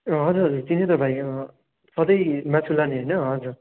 ए हजुर हजुर चिने तपाईँ सधैँ मासु लाने होइन हजुर